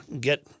get—